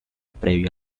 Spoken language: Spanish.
previo